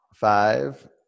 Five